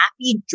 happy